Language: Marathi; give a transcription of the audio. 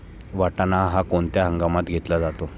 वाटाणा हा कोणत्या हंगामात घेतला जातो?